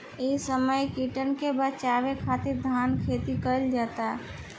इ समय कीटन के बाचावे खातिर धान खेती कईल जाता